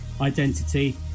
identity